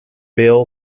bill